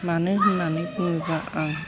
मानो होननानै बुङोबा आं